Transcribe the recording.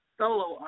solo